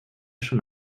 schon